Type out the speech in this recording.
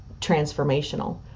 transformational